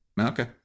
Okay